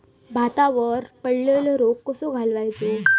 भातावर पडलेलो रोग कसो घालवायचो?